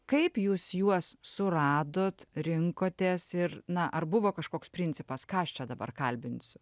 kaip jūs juos suradot rinkotės ir na ar buvo kažkoks principas ką aš čia dabar kalbinsiu